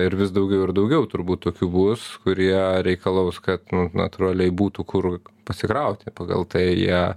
ir vis daugiau ir daugiau turbūt tokių bus kurie reikalaus kad natūraliai būtų kur pasikrauti pagal tai jie